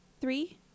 Three